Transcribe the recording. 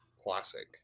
classic